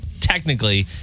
technically